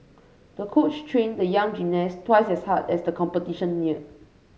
the coach trained the young gymnast twice as hard as the competition neared